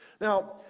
Now